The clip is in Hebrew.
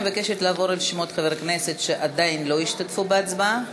אני מבקשת לעבור על שמות חברי הכנסת שעדיין לא השתתפו בהצבעה.